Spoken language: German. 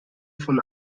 von